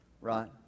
right